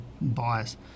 bias